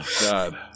God